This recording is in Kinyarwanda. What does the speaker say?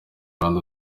rwanda